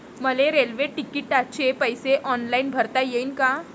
मले रेल्वे तिकिटाचे पैसे ऑनलाईन भरता येईन का?